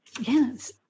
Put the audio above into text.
Yes